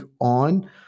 on